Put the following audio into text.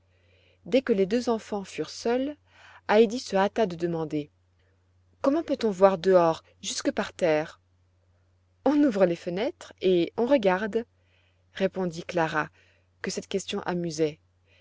dès que les deux enfants furent seules heidi se hâta de demander comment peut-on voir dehors jusque par terre on ouvre les fenêtres et on regarde répondit clara que cette question amusait